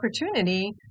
opportunity